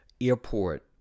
airport